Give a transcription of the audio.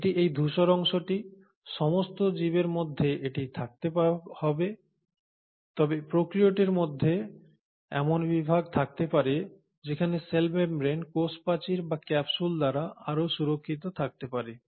এটি এই ধূসর অংশটি সমস্ত জীবের মধ্যে এটি থাকতে হবে তবে প্রোক্যারিওটের মধ্যে এমন বিভাগ থাকতে পারে যেখানে সেল মেমব্রেন কোষ প্রাচীর বা ক্যাপসুল দ্বারা আরও সুরক্ষিত থাকতে পারে